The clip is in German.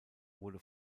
wurde